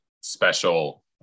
special